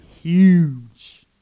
huge